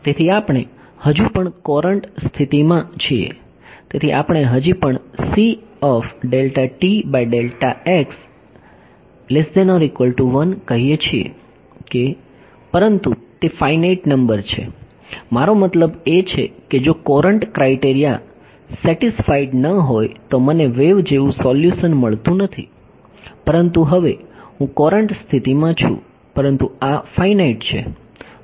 તેથી આપણે હજુ પણ કોરંટ સ્થિતિમાં છીએ તેથી આપણે હજી પણ કહીએ છીએ કે પરંતુ તે ફાઇનાઇટ નંબર છે મારો મતલબ એ છે કે જો કોરંટ ક્રાઇટેરિયા સેટિસ્ફાઈડ ન હોય તો મને વેવ જેવું સોલ્યુશન મળતું નથી પરંતુ હવે હું કોરંટ સ્થિતિમાં છું પરંતુ આ ફાઇનાઇટ છે